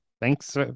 thanks